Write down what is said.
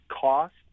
cost